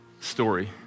story